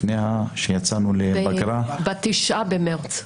לפני שיצאנו לפגרה -- ב-9 במרץ.